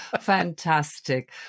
Fantastic